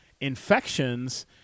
infections